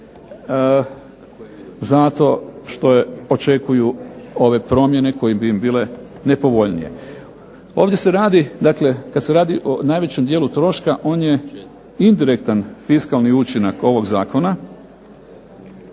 zato što očekuju promjene koje bi im bile nepovoljnije. Ovdje se radi, kada se radi o dijelu troška on je indirektan fiskalni učinak ovog Zakona,